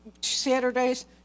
Saturdays